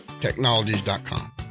technologies.com